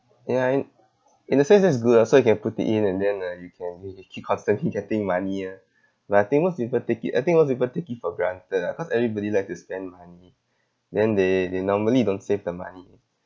and I in a sense that's good ah so you can put it in and then uh you can usually keep constantly getting money ah like I think most people take it I think most people take it for granted ah cause everybody like to spend money then they they normally don't save the money